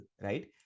right